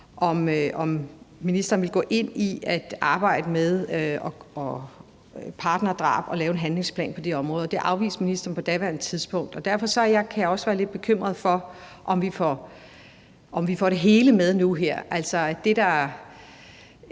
om ministeren ville gå ind i at arbejde med partnerdrab og lave en handlingsplan på det område. Det afviste ministeren på daværende tidspunkt, og derfor kan jeg også være lidt bekymret for, om vi får det hele med nu her.